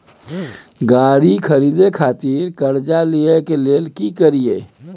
गाड़ी खरीदे खातिर कर्जा लिए के लेल की करिए?